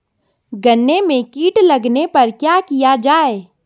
गन्ने में कीट लगने पर क्या किया जाये?